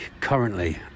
currently